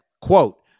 quote